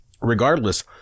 regardless